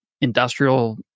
industrial